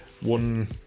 one